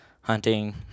hunting